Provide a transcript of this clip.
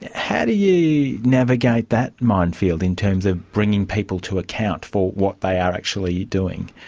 how do you navigate that minefield in terms of bringing people to account for what they are actually doing?